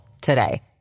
today